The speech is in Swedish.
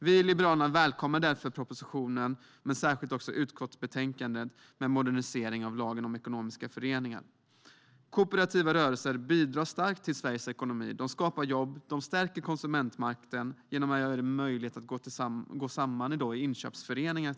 Vi i Liberalerna välkomnar därför propositionen, men särskilt utskottsbetänkandet med en modernisering av lagen om ekonomiska föreningar. Kooperativa rörelser bidrar starkt till Sveriges ekonomi. De skapar jobb och stärker konsumentmakten genom att göra det möjligt att gå samman i till exempel inköpsföreningar.